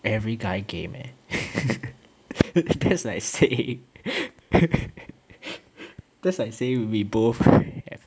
every guy game eh that's like saying that's like saying we both have